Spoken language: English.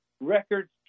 records